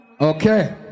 Okay